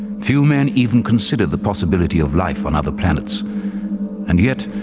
few men even considered the possibility of life on other planets and yet,